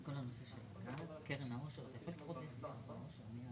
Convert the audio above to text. זה חייב להיות בפרוטוקול.